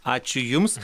ačiū jums